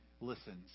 listens